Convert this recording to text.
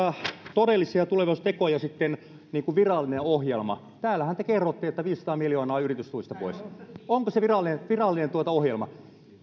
todellisia tulevaisuustekoja sitten niin kuin virallinen ohjelma täällähän te kerrotte että viisisataa miljoonaa yritystuista pois onko se virallinen virallinen ohjelma